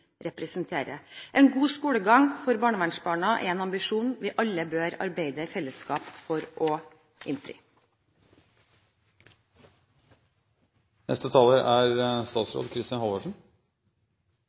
representerer. En god skolegang for barnevernsbarna er en ambisjon vi alle bør arbeide i fellesskap for å innfri. Representanten Linda C. Hofstad Helleland tar opp at utdanning og skolegang er